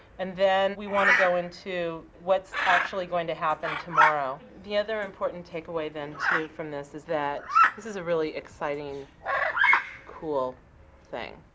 and then we wanna go into the what's actually going to happen tomorrow. the other important take away then too from this is that this is a really exciting cool thing.